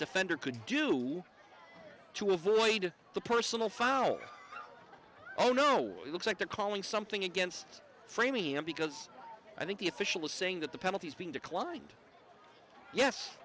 defender could do to avoid the personal foul oh no it looks like they're calling something against freemium because i think the officials saying that the penalties being declined yes